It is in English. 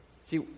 See